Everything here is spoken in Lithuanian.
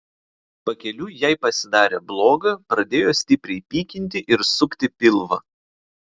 pakeliui jai pasidarė bloga pradėjo stipriai pykinti ir sukti pilvą